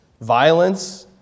Violence